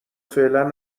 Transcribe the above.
فعلا